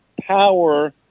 power